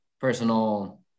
personal